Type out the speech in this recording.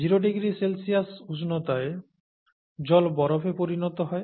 0°C উষ্ণতায় জল বরফে পরিণত হয়